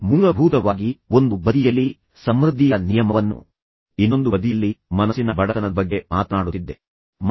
ಮೂಲಭೂತವಾಗಿ ನಾನು ಒಂದು ಬದಿಯಲ್ಲಿ ಸಮೃದ್ಧಿಯ ನಿಯಮವನ್ನು ಇನ್ನೊಂದು ಬದಿಯಲ್ಲಿ ಮನಸ್ಸಿನ ಬಡತನದ ಬಗ್ಗೆ ನಿಯಂತ್ರಿತ ಭಯದಿಂದ ನಿಯಂತ್ರಿಸಲ್ಪಡುವ ಬಗ್ಗೆ ಮಾತನಾಡುತ್ತಿದ್ದೆ